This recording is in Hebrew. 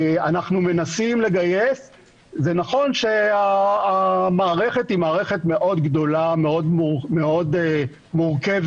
זה נכון שהמערכת מאוד גדולה, מאוד מורכבת,